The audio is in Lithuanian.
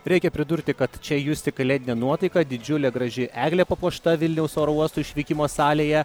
reikia pridurti kad čia justi kalėdinė nuotaika didžiulė graži eglė papuošta vilniaus oro uosto išvykimo salėje